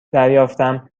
دریافتم